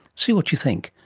see what you think.